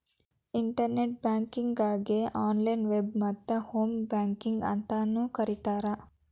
internet ಬ್ಯಾಂಕಿಂಗಗೆ online web ಮತ್ತ home banking ಅಂತಾನೂ ಕರಿತಾರ